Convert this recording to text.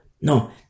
No